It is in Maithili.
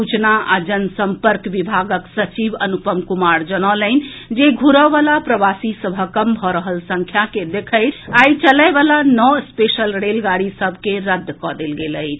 सूचना आ जनसम्पर्क विभागक सचिव अनुपम कुमार जनौलनि जे घुरए वला प्रवासी सभक कम भऽ रहल संख्या के देखैत आइ चलए वला नओ स्पेशल रेलगाड़ी सभ के रद्द कऽ देल गेल अछि